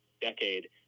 decade